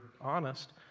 honest